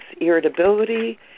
irritability